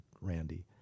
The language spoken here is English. Randy